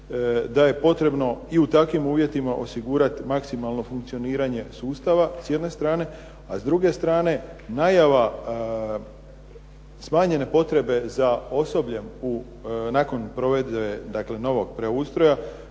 da je potrebno i u takvim uvjetima osigurati maksimalno funkcioniranje sustava, s jedne strane. A s druge strane najava smanjene potrebe za osobljem u, nakon provedbe dakle novog preustroja,